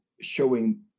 showing